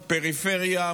פריפריה,